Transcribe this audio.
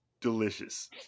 delicious